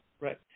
right